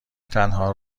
تنها